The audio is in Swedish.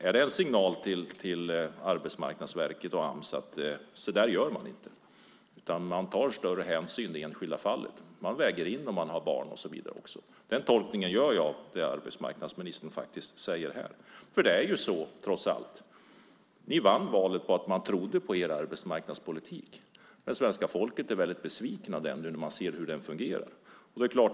Är det en signal till Arbetsmarknadsverket och Ams att man inte gör så, utan man ska ta större hänsyn i det enskilda fallet? Man ska väga in barn och så vidare. Den tolkningen gör jag av det arbetsmarknadsministern säger här. Ni vann trots allt valet på att man trodde på er arbetsmarknadspolitik. Svenska folket är väldigt besvikna när de ser hur det fungerar.